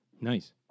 Nice